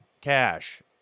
cash